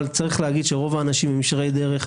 אבל צריך להגיד שרוב האנשים הם ישרי-דרך,